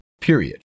period